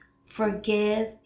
Forgive